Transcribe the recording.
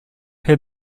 had